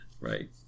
right